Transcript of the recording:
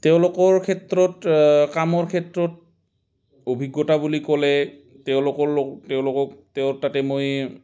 তেওঁলোকৰ ক্ষেত্ৰত কামৰ ক্ষেত্ৰত অভিজ্ঞতা বুলি ক'লে তেওঁলোকৰ লগ তেওঁলোকক তেওঁৰ তাতে মই